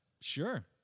Sure